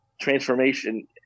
transformation